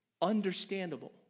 understandable